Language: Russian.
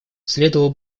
следовало